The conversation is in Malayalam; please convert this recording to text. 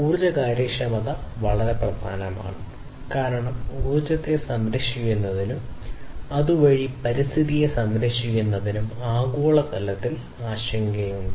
ഊർജ്ജ കാര്യക്ഷമത വളരെ പ്രധാനമാണ് കാരണം ഊർജ്ജത്തെ സംരക്ഷിക്കുന്നതിനും അതുവഴി പരിസ്ഥിതിയെ സംരക്ഷിക്കുന്നതിനും ആഗോളതലത്തിൽ ആശങ്കയുണ്ട്